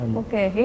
okay